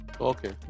okay